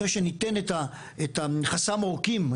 אחרי שניתן את חסם העורקים,